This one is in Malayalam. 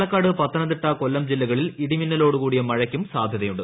പാലക്കാട് പത്തനംതിട്ട കൊല്ലം ജില്ലകളിൽ ഇട്ടീമിന്ന്ലോട് കൂടിയ മഴയ്ക്കും സാധ്യതയുണ്ട്